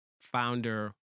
founder